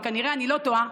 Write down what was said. וכנראה אני לא טועה,